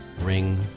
ring